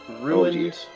ruined